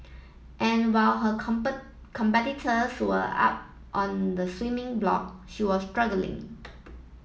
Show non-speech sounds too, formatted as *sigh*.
and while her *unintelligible* competitors were up on the swimming block she was struggling